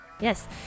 Yes